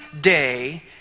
day